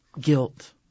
guilt